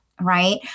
right